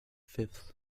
fifth